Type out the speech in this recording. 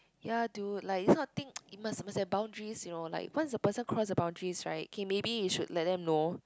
ya dude like this kind of thing you must must have boundaries you know like once the person cross the boundaries [right] okay maybe you should let them know